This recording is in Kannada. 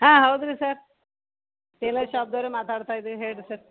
ಹಾಂ ಹೌದು ರೀ ಸರ್ ಟೇಲರ್ ಷಾಪ್ನವ್ರೇ ಮಾತಾಡ್ತಾ ಇದೀವಿ ಹೇಳಿರಿ ಸರ್